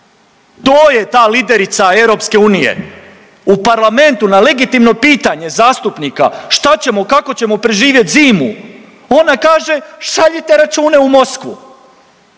To je ta liderica EU. U parlamentu na legitimno pitanje zastupnika šta ćemo, kako ćemo preživjeti zimu ona kaže šaljite račune u Moskvu.